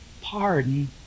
pardon